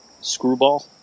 screwball